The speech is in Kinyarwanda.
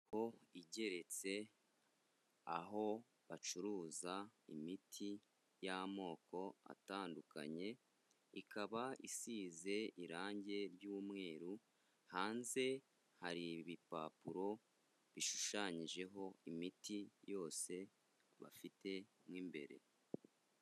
Inyubako igeretse, aho bacuruza imiti y'amoko atandukanye, ikaba isize irangi ry'umweru, hanze hari ibipapuro bishushanyijeho imiti yose bafite mo imbere.